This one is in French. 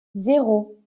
zéro